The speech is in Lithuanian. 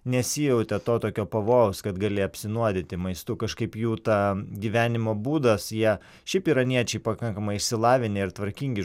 nesijautė to tokio pavojaus kad gali apsinuodyti maistu kažkaip jų ta gyvenimo būdas jie šiaip iraniečiai pakankamai išsilavinę ir tvarkingi